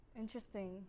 interesting